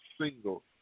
single